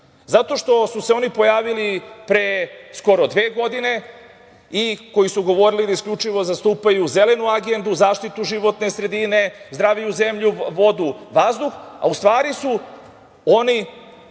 zato što su se oni pojavili pre skoro dve godine i koji su govorili da isključivo zastupaju Zelenu agendu, zaštitu životne sredine, zdraviju zemlju, vodu, vazduh, a u stvari su oni